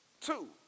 Two